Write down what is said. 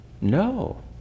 No